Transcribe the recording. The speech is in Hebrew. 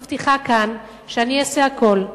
אני מבטיחה כאן שאני אעשה הכול,